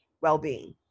well-being